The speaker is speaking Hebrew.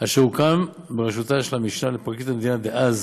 אשר הוקם בראשות המשנה לפרקליט המדינה דאז